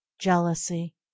jealousy